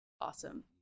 awesome